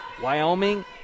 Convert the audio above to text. Wyoming